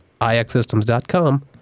iXsystems.com